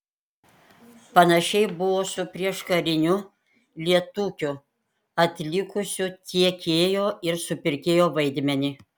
panašiai buvo su prieškariniu lietūkiu atlikusiu tiekėjo ir supirkėjo vaidmenį